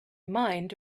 mind